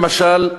למשל,